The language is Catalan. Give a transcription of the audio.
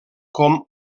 com